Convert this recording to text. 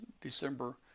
December